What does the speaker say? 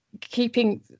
Keeping